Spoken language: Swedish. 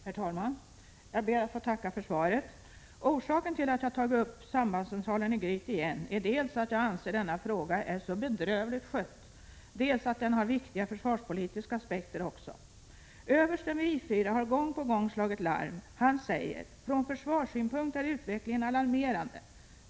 Herr talman! Jag ber att få tacka för svaret. Orsaken till att jag tagit upp frågan om sambandscentralen i Gryt igen är dels att jag anser att denna fråga är bedrövligt skött, dels att den också har viktiga försvarspolitiska aspekter. Överste Ringh vid I 4 har gång på gång slagit larm. Han säger: ”Från försvarssynpunkt är utvecklingen alarmerande.